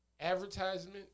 advertisement